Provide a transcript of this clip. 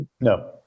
No